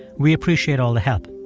we appreciate all the help.